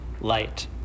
light